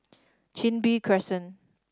Chin Bee Crescent